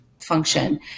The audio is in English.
function